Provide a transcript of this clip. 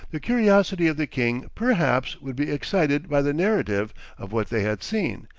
the curiosity of the king perhaps would be excited by the narrative of what they had seen,